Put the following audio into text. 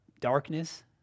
darkness